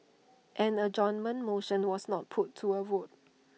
an adjournment motion was not put to A vote